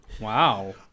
Wow